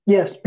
Yes